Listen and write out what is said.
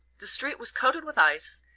the street was coated with ice,